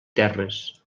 terres